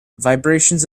vibrations